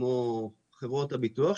כמו חברות הביטוח,